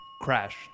Crash